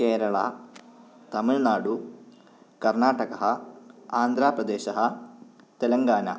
केरळा तमिळ्नाडु कर्नाटकः आन्ध्रप्रदेशः तेलङ्गाना